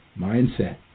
mindset